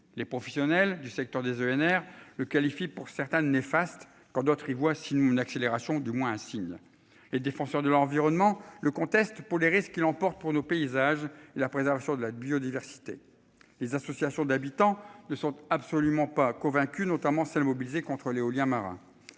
Les professionnels du secteur des ENR le qualifient pour certains d'néfaste quand d'autres y voient si nous une accélération du moins signe et défenseurs de l'environnement le conteste pour les risques qui l'emporte pour nos paysages et la préservation de la biodiversité. Les associations d'habitants ne sont absolument pas convaincu, notamment celles mobilisées contre l'éolien marin.